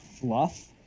fluff